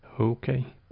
Okay